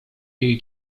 jej